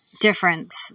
difference